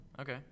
Okay